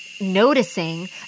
noticing